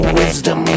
wisdom